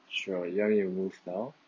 sure ya you move now